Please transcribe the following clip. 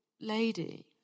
lady